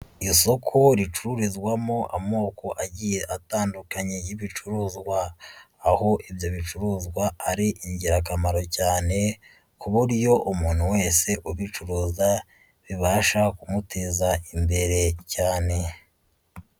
Isoko ricururizwamo amoko agiye atandukanye y'ibicuruzwa, aho ibyo bicuruzwa ari ingirakamaro cyane ku buryo umuntu wese ubicuruza bibasha kumuteza imbere cyane.